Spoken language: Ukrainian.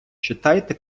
читайте